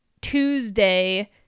Tuesday